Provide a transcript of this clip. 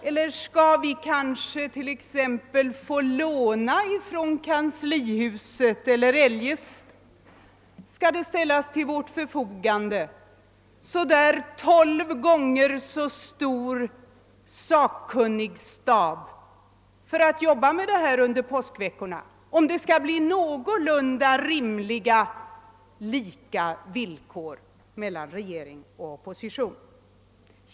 Eller kan det från kanslihuset eller från annat håll ställas en tolv gånger så stor stab av sakkunskap till vårt förfogande att arbeta med detta under påskveckorna för att regering och opposition skall få någorlunda lika villkor?